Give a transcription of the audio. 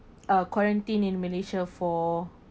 uh quarantine in malaysia for